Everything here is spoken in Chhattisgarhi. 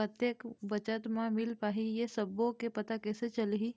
कतेक बचत मा मिल पाही ये सब्बो के पता कैसे चलही?